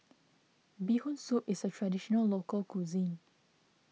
Bee Hoon Soup is a Traditional Local Cuisine